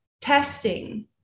testing